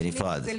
לא.